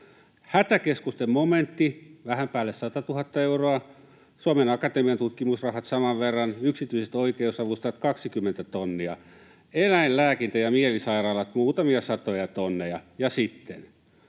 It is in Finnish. hätäkeskusten momentti, vähän päälle satatuhatta euroa; Suomen Akatemian tutkimusrahat, saman verran; yksityiset oikeusavustajat, kaksikymmentä tonnia; eläinlääkintä ja mielisairaalat, muutamia satoja tonneja; ja sitten